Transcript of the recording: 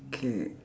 K